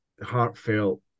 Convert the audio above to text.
heartfelt